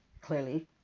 clearly